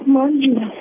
morning